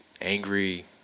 angry